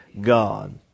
God